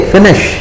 Finish